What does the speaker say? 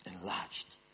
Enlarged